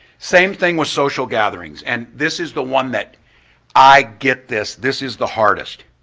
same thing with social gatherings, and this is the one that i get this, this is the hardest.